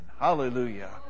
hallelujah